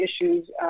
issues